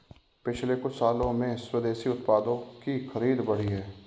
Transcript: पिछले कुछ सालों में स्वदेशी उत्पादों की खरीद बढ़ी है